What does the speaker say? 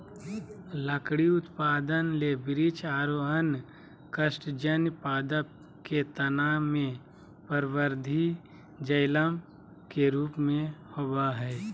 लकड़ी उत्पादन ले वृक्ष आरो अन्य काष्टजन्य पादप के तना मे परवर्धी जायलम के रुप मे होवअ हई